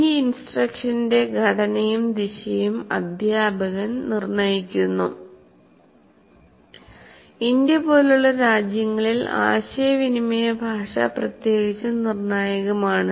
ഈ ഇൻസ്ട്രക്ഷന്റെ ഘടനയും ദിശയും അധ്യാപകൻ നിർണ്ണയിക്കുന്നു ഇന്ത്യ പോലുള്ള രാജ്യങ്ങളിൽ ആശയവിനിമയ ഭാഷ പ്രത്യേകിച്ചും നിർണായകമാണ്